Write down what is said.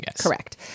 Correct